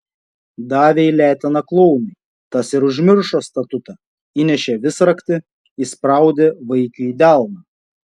davė į leteną klounui tas ir užmiršo statutą įnešė visraktį įspraudė vaikiui į delną